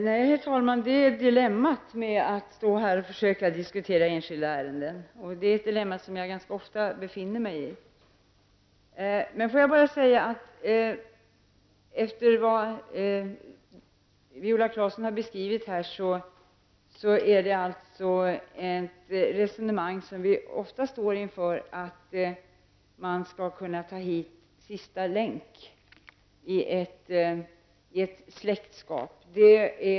Herr talman! Det är det som är dilemmat med att stå här och försöka diskutera enskilda ärenden -- ett dilemma som jag ganska ofta befinner mig i. Viola Claesson förde ett resonemang som vi ofta står inför -- att man skall kunna ta hit ''sista länken'' i en släkt.